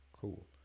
cool